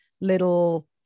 little